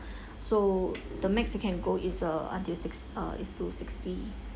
so the max you can go is a until six uh is to sixty